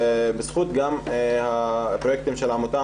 גם בזכות הפרויקטים של העמותה,